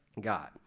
God